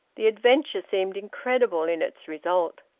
the adventure seemed incredible in its result.